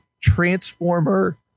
transformer